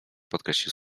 podkreślił